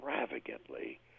extravagantly